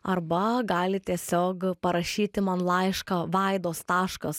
arba gali tiesiog parašyti man laišką vaidos taškas